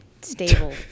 stable